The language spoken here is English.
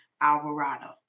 Alvarado